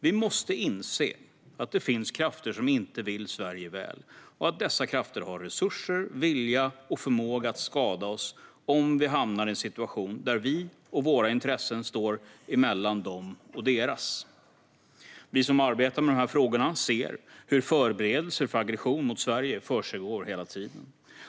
Vi måste inse att det finns krafter som inte vill Sverige väl och att dessa krafter har resurser, vilja och förmåga att skada oss om vi hamnar i en situation där vi och våra intressen står mellan dem och deras. Vi som arbetar med dessa frågor ser hur förberedelser för aggression mot Sverige försiggår hela tiden.